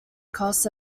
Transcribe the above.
costs